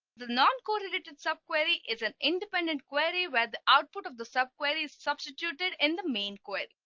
the non correlated sub-query is an independent query where the output of the sub-query is substituted in the main coil.